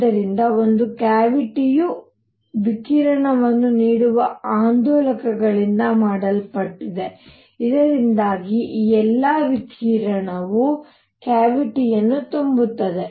ಆದ್ದರಿಂದ ಒಂದು ಕ್ಯಾವಿಟಿ ಯೂ ವಿಕಿರಣವನ್ನು ನೀಡುವ ಆಂದೋಲಕಗಳಿಂದ ಮಾಡಲ್ಪಟ್ಟಿದೆ ಇದರಿಂದಾಗಿ ಈ ಎಲ್ಲಾ ವಿಕಿರಣವು ಕ್ಯಾವಿಟಿ ಯನ್ನು ತುಂಬುತ್ತದೆ